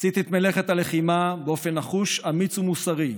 עשיתי את מלאכת הלחימה באופן נחוש, אמיץ ומוסרי,